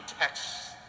texts